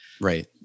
right